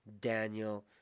Daniel